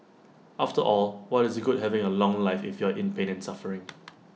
after all what is good having A long life if you're in pain and suffering